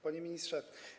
Panie Ministrze!